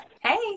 Hey